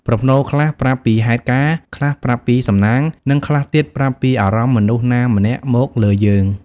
ប្រផ្នូលខ្លះប្រាប់ពីហេតុការណ៍ ខ្លះប្រាប់ពីសំណាង និងខ្លះទៀតប្រាប់ពីអារម្មណ៍មនុស្សណាម្នាក់មកលើយើង។